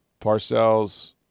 Parcells –